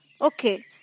Okay